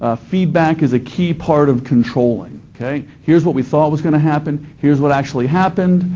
ah feedback is a key part of controlling, okay? here's what we thought was going to happen here's what actually happened.